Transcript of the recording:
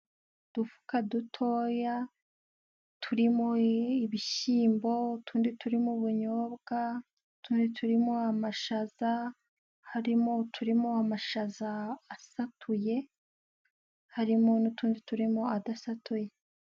Udufuka dutoya turimo ibishyimbo, utundi turimo ubunyobwa, utundi turimo amashaza, harimo uturimo amashaza asatuye, harimo n'utundi turimo adasatuye.